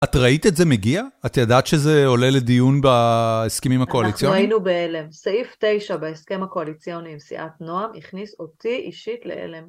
את ראית את זה מגיע? את ידעת שזה עולה לדיון בהסכמים הקואליציונים? אנחנו היינו בהלם. סעיף 9 בהסכם הקואליציוני עם סיעת נועם הכניס אותי אישית להלם.